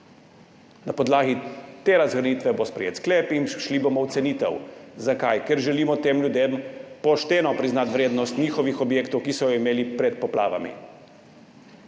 Na podlagi te razgrnitve bo sprejet sklep in šli bomo v cenitev. Zakaj? Ker želimo tem ljudem pošteno priznati vrednost njihovih objektov, ki so jo imeli pred poplavami.